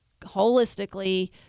holistically